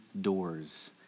doors